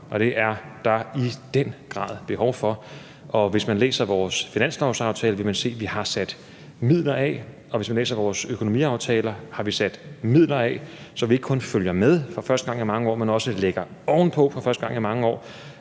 og det er der i den grad behov for. Og hvis man læser vores finanslovsaftale, vil man se, at vi har sat midler af. Og hvis man læser vores økonomiaftaler, vil man se, at vi har sat midler af, så vi ikke kun følger med, men for første gang i mange år også lægger oven på økonomien i